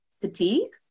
fatigue